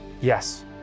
Yes